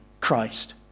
Christ